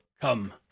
come